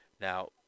now